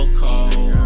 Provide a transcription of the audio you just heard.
cold